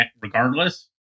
regardless